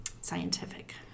scientific